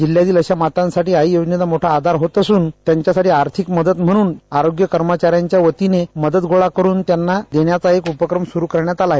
जिल्ह्यातील अशा मातांसाठी आई योजनेचा मोठा आधार होत असून त्यांच्यासाठी आर्थिक मदत म्हणून आरोग्य कर्मचाऱ्यांच्या वतीनं मदत गोळा करुन त्यांना देण्याचा एक उपक्रम सुरु करण्यात आला आहे